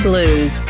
Blues